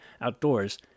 outdoors